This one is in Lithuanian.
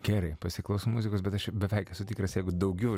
gerai pasiklausom muzikos bet aš jau beveik esu tikras jeigu daugiau